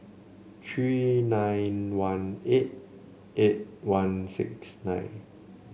three nine one eight eight one six nine